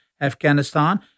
Afghanistan